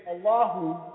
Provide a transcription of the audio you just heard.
Allahu